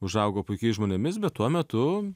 užaugo puikiais žmonėmis bet tuo metu